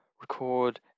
record